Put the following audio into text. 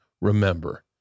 remember